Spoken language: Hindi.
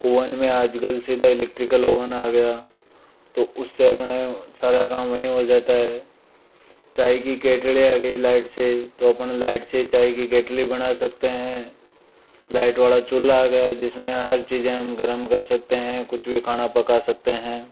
ओवन में आजकल सीधा इलेक्ट्रिकल ओवन आ गया तो उससे अपने सारा काम वहीं हो जाता है चाय की केतली आ गई लाइट से तो अपन लाइट से चाय की केतली बना सकते हैं लाइट वाला चूल्हा आ गया जिसमें हम हर चीजें गरम कर सकते हैं कुछ भी खाना पका सकते हैं